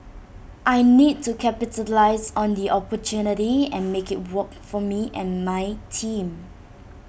I need to capitalise on the opportunity and make IT work for me and my team